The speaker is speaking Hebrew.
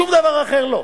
שום דבר אחר לא.